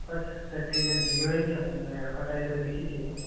ଶିଲ୍ପା ସେଟ୍ଟୀ ଯେନ୍ ହିରୋଇନ୍ ଅଛନ୍ କ'ଣ ଏଡ଼ଭାରଟାଇଜ୍ରେ ଦେଖିଥିବେ